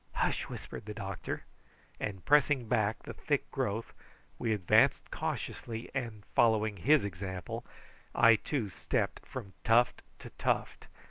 hush! whispered the doctor and pressing back the thick growth we advanced cautiously, and following his example i, too, stepped from tuft to tuft,